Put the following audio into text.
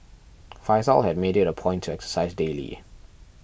faizal had made it a point to exercise daily